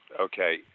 okay